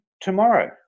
tomorrow